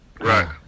Right